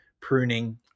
pruning